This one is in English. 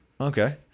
Okay